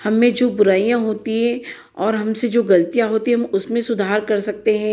हममें जो बुराइयाँ होती हैं और हमसे जो गलतियाँ होती हैं हम उसमें सुधार कर सकते हैं